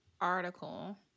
article